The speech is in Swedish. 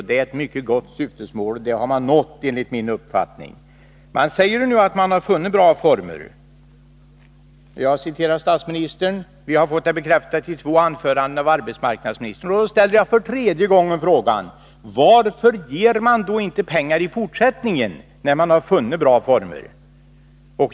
Det var ett mycket gott syftemål, och det har enligt min uppfattning uppnåtts. Det har också sagts att man har funnit bra former för att lösa de här problemen. Jag citerade statsministern, och vi har fått hans uppfattning bekräftad i två anföranden av arbetsmarknadsministern. Jag ställer därför för tredje gången frågan: Varför anslår regeringen inte pengar i fortsättningen, när man har funnit bra former för medlens användning?